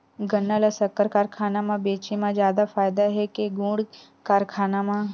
गन्ना ल शक्कर कारखाना म बेचे म जादा फ़ायदा हे के गुण कारखाना म?